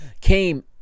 came